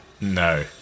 No